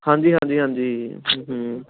ਹਾਂਜੀ ਹਾਂਜੀ ਹਾਂਜੀ ਹਮ